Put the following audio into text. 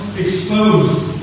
exposed